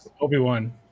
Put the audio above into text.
Obi-Wan